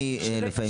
אני לפעמים מסתבך.